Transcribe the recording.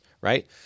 right